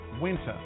winter